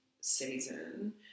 season